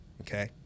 Okay